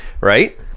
Right